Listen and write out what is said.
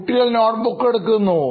കുട്ടികൾ notebook എടുക്കുന്നു